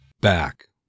Back